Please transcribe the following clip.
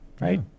Right